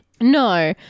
No